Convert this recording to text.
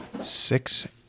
six